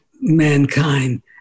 mankind